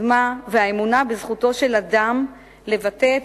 הקידמה והאמונה בזכותו של אדם לבטא את